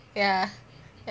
ya